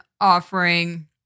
offering